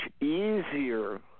easier